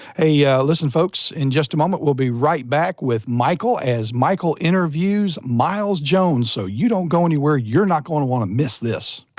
yeah listen folks, in just a moment we'll be right back with michael as michael interviews miles jones, so you don't go anywhere, you're not going to wanna miss this.